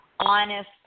honest